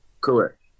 Correct